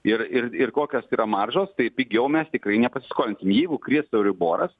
ir ir kokios yra maržos tai pigiau mes tikrai nepaskolinsim jeigu kris euriboras